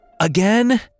Again